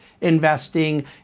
investing